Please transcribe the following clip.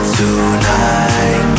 tonight